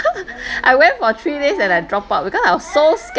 I went for three days and I drop out because I was so scared